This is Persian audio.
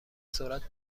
سرعت